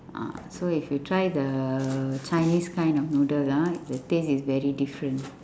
ah so if you try the chinese kind of noodle ah the taste is very different